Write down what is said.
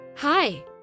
Hi